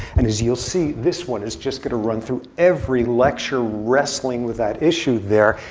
and as you'll see, this one is just going to run through every lecture wrestling with that issue there.